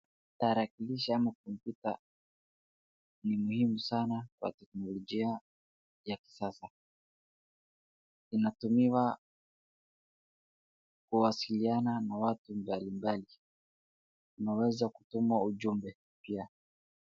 Tarakilishi ama kompyuta ni muhimu sana kwa teknolojia ya kisasa. Inatumiwa kuwasiliana na watu mbalimbali, inaweza kutuma ujumbe pia.